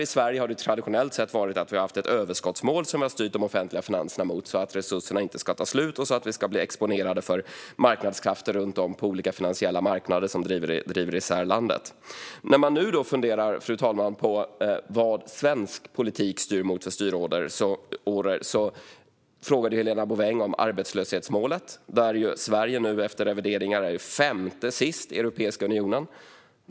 I Sverige har det traditionellt sett varit så att vi har haft ett överskottsmål som vi har styrt de offentliga finanserna mot så att resurserna inte ska ta slut och för att vi inte ska bli exponerade för marknadskrafter runt om på olika finansiella marknader som driver isär landet. Fru talman! Man kan fundera på vilka styråror svensk politik nu styr med. Helena Bouveng frågade om arbetslöshetsmålet, där Sverige nu efter revideringar är femma från slutet i Europeiska unionen.